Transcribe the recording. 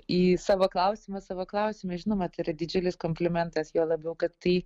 į savo klausimą savo klausime žinoma tai yra didžiulis komplimentas juo labiau kad tai